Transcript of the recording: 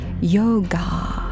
Yoga